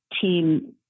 team